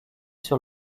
sur